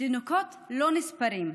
תינוקות לא נספרים,